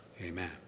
Amen